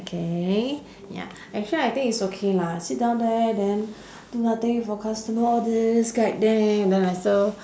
okay ya actually I think it's okay lah sit down there then do nothing wait for customer all this guide them then also